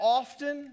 often